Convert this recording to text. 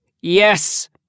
Yes